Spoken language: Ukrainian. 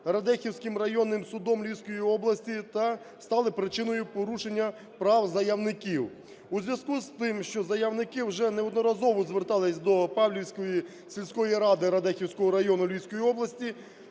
Радехівським районним судом Львівської області та стали причиною порушення прав заявників. У зв'язку з тим, що заявники вже неодноразово зверталися до Павлівської сільської ради Радехівського району Львівської області